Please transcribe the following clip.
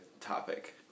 topic